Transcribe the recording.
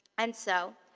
and so,